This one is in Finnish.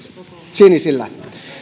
sinisillä